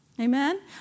Amen